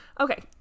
Okay